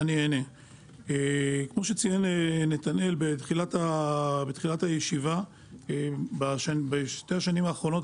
כמו שציין נתנאל בתחילת הישיבה בשנתיים האחרונות,